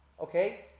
okay